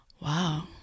Wow